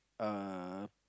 uh